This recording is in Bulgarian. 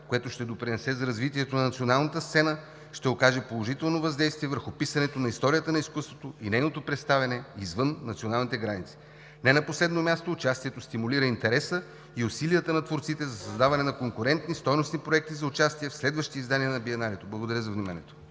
което ще допринесе за развитието на националната сцена, ще окаже положително въздействие върху писането на историята на изкуството и нейното представяне извън националните граници. Не на последно място, участието стимулира интереса и усилията на творците за създаване на конкурентни стойностни проекти за участие в следващи издания на Биеналето. Благодаря за вниманието.